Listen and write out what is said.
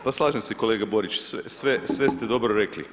Pa slažem se kolega Borić, sve ste dobro rekli.